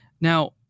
Now